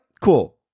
Cool